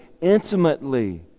intimately